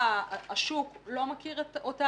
השוק עדיין לא מכיר אותה,